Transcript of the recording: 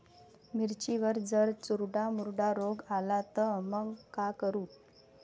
मिर्चीवर जर चुर्डा मुर्डा रोग आला त मंग का करू?